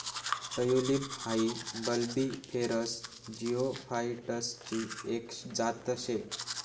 tulip हाई bulbiferous जिओफाइटसची एक जात शे